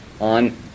on